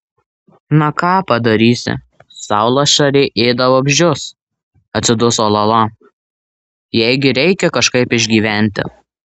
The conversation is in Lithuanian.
na ką padarysi saulašarė ėda vabzdžius atsiduso lala jai gi reikia kažkaip išgyventi